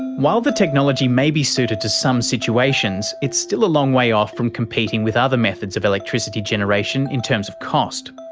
while the technology may be suited to some situations, it's still a long way off from competing with other methods of electricity generation in terms of cost.